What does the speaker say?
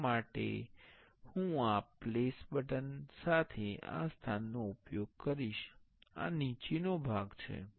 તેના માટે હું આ પ્લેસ બટન સાથે આ સ્થાનનો ઉપયોગ કરીશ આ નીચેનો ભાગ છે